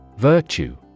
Virtue